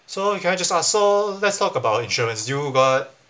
so can I just ask so let's talk about insurance you got